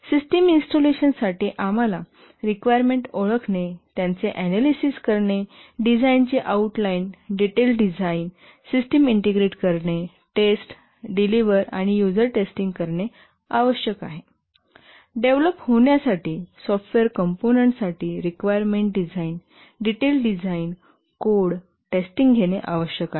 system इन्स्टॉलेशनसाठी आम्हाला requirement ओळखणे त्यांचे अनालिसिस करणे डिझाइनची outline detail design system integrate करणे टेस्ट डिलीव्हर आणि यूजर टेस्टिंग आवश्यक आहे डेव्हलप होण्यासाठी सॉफ्टवेअर कंपोनंन्टसाठी requirement design detail design code testing घेणे आवश्यक आहे